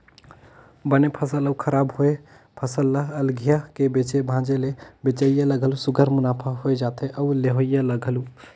बने फसल अउ खराब होए फसल ल अलगिया के बेचे भांजे ले बेंचइया ल घलो सुग्घर मुनाफा होए जाथे अउ लेहोइया ल घलो